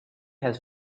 has